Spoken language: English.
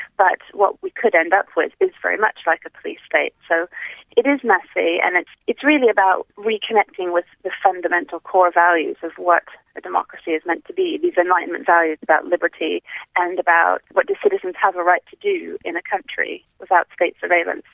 but what we could end up with is very much like a police state. so it is messy, and it is really about reconnecting with the fundamental core values of what a democracy is meant to be, these enlightenment values about liberty and about what the citizens have a right to do in a country without state surveillance,